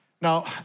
Now